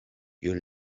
you